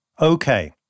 Okay